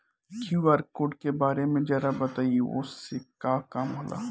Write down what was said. QR code के बारे में जरा बताई वो से का काम होला?